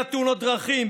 במניעת תאונות דרכים,